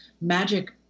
Magic